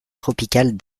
tropicales